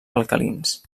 alcalins